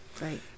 right